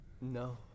No